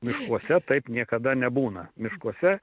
miškuose taip niekada nebūna miškuose